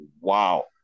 wow